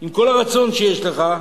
עם כל הרצון שיש לך,